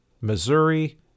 Missouri